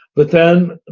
but then